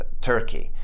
Turkey